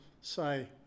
say